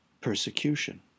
persecution